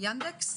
ינדקס